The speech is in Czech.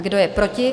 Kdo je proti?